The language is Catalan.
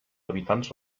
habitants